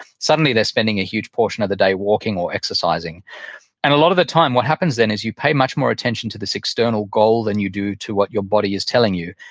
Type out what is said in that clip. suddenly, they're spending a huge portion of the day walking or exercising and a lot of the time what happens then is you pay much more attention to this external goal than you due to what your body is telling you.